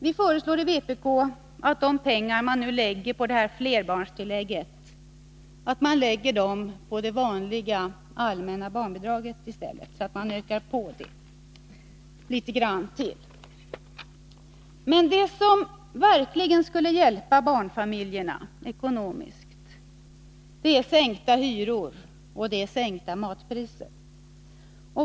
Vpk föreslår att de pengar man nu vill lägga på flerbarnstillägget i stället skall läggas på det allmänna barnbidraget, så att det höjs något ytterligate; Men det som verkligen skulle hjälpa barnfamiljerna ekonomiskt är sänkta hyror och sänkta matpriser.